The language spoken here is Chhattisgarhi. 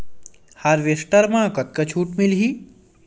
हारवेस्टर म कतका छूट मिलही?